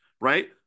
right